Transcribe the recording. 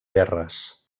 verres